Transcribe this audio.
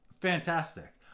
Fantastic